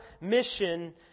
mission